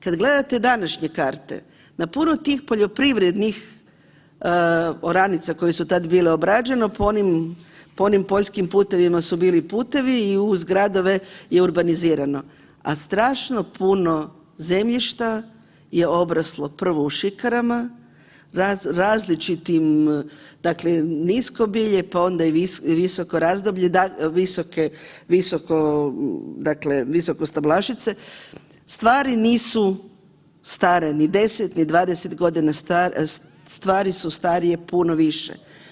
Kad gledate današnje karte, na puno tih poljoprivrednih oranica koje su tad bile obrađene po onim, po onim poljskim putevima su bili putevi i uz gradove je urbanizirano, a strašno puno zemljišta je obraslo prvo u šikarama, različitim dakle, nisko bilje, pa onda i visoko razdoblje, visoke, visoko dakle, visokostablašice, stvari nisu stare ni 10, ni 20.g., stvari su starije puno više.